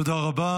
תודה רבה.